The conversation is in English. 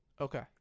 Okay